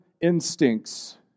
instincts